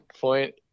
point